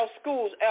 schools